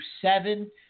seven